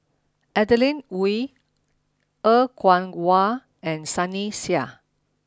Adeline Ooi Er Kwong Wah and Sunny Sia